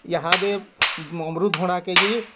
ଇହାଦେ ଅମୃତ୍ଭଣ୍ଡା କେଜି